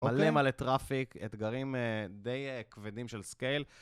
מלא מלא טראפיק, אתגרים די כבדים של סקייל.